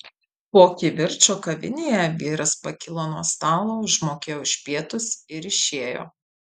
po kivirčo kavinėje vyras pakilo nuo stalo užmokėjo už pietus ir išėjo